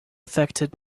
affected